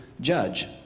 judge